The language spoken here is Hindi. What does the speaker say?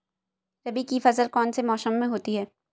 रबी की फसल कौन से मौसम में होती है?